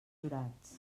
jurats